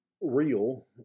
real